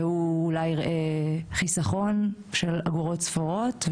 שאולי יראה מזה חיסכון של אגורות ספורות.